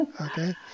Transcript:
Okay